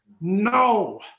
No